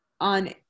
on